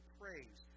praise